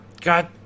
God